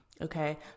Okay